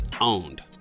owned